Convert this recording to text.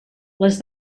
les